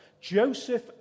Joseph